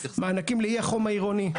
מענקים לאי החום העירוני,